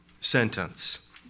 sentence